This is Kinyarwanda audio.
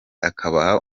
akabaha